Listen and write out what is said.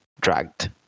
dragged